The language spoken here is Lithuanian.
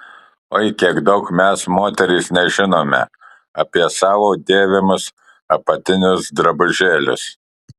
oi kiek daug mes moterys nežinome apie savo dėvimus apatinius drabužėlius